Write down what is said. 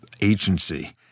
agency